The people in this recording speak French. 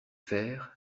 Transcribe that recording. fers